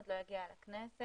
עוד לא הגיע לכנסת,